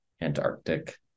Antarctic